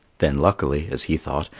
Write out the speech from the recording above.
then luckily, as he thought,